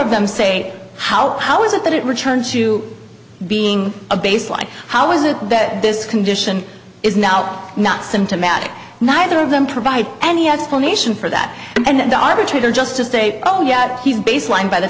of them say how how is it that it returns to being a baseline how is it that this condition is now not symptomatic neither of them provide any explanation for that and i would trigger just to say oh yes he's baseline by the